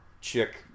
chick